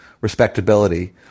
respectability